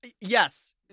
Yes